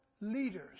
leaders